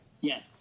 Yes